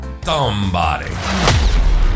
Thumbbody